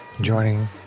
joining